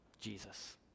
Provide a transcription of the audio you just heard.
Jesus